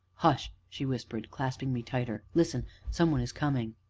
hush! she whispered, clasping me tighter, listen some one is coming!